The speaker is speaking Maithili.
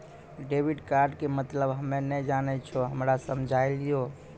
डेबिट कार्ड के मतलब हम्मे नैय जानै छौ हमरा समझाय दियौ?